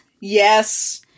Yes